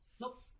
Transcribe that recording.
Nope